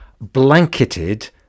blanketed